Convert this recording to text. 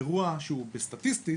אירוע שהוא בסטטיסטית,